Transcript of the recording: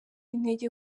intege